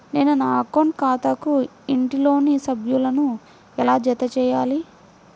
నేను నా అకౌంట్ ఖాతాకు ఇంట్లోని సభ్యులను ఎలా జతచేయాలి?